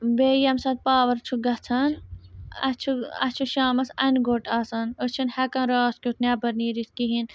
بیٚیہِ ییٚمہِ ساتہٕ پاوَر چھُ گژھان اَسہِ چھُ اَسہِ چھُ شامَس اَنہِ گوٚٹ آسان أسۍ چھِنہٕ ہٮ۪کان راتھ کیُتھ نٮ۪بر نیٖرِتھ کِہیٖنۍ